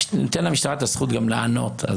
ניתן למשטרה את הזכות גם לענות.